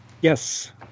yes